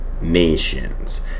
nations